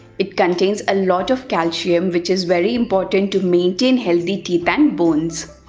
it contains a lot of calcium which is very important to maintain healthy teeth and bones.